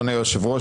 אדוני היושב-ראש,